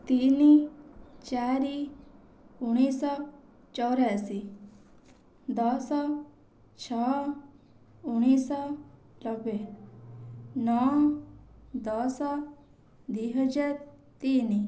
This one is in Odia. ତିନି ଚାରି ଉଣେଇଶ ଚଉରାଅଶୀ ଦଶ ଛଅ ଉଣେଇଶ ନବେ ନଅ ଦଶ ଦୁଇହଜାର ତିନି